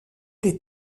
les